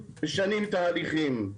משנים תהליכים.